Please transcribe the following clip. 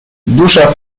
dusza